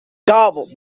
garbled